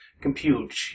compute